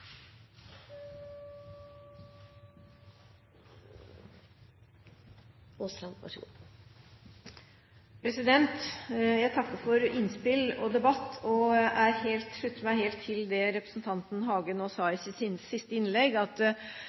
debatt, og jeg slutter meg helt til det representanten Hagen sa i sitt siste innlegg om at